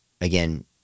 again